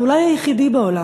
ואולי היחידי בעולם.